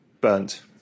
burnt